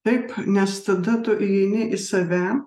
taip nes tada tu įeini į save